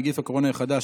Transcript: נגיף הקורונה החדש),